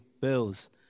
Bills